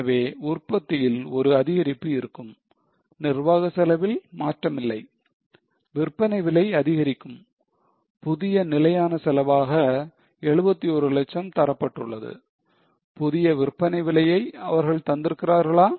எனவே உற்பத்தியில் ஒரு அதிகரிப்பு இருக்கும் நிர்வாக செலவில் மாற்றமில்லை விற்பனை விலை அதிகரிக்கும் புதிய நிலையான செலவாக 71 லட்சம் தரப்பட்டுள்ளது புதிய விற்பனை விலையை அவர்கள் தந்திருக்கிறார்களா